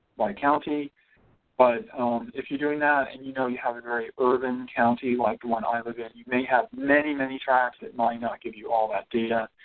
county but if you're doing that and you know you have a very urban county like the one i live it you may have many many tracts that might not give you all that data.